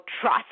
trust